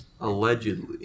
Allegedly